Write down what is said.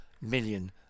million